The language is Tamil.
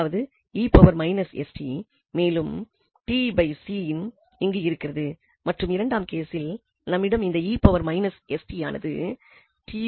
அதாவது மேலும் tc உம் இங்கு இருக்கிறது மற்றும் இரண்டாம் கேசில் நம்மிடம் இந்த யானது tc ஆகும்